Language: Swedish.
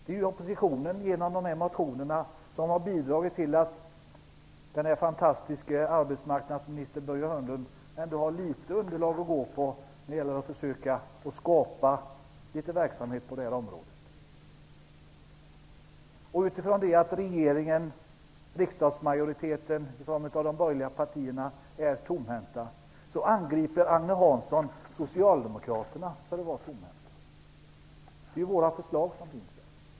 Det är oppositionen som, genom motionerna, har bidragit till att den fantastiske arbetsmarknadsministern Börje Hörnlund har fått ett litet underlag för att försöka skapa någon verksamhet på det här området. Regeringen och riksdagsmajoriten i form av de borgerliga partierna är tomhänta. Och därför angriper Agne Hansson Socialdemokraterna för att vara tomhänta.